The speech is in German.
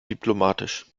diplomatisch